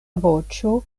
voĉo